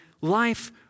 life